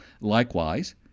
Likewise